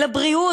לבריאות,